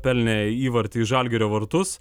pelnė įvartį į žalgirio vartus